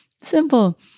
Simple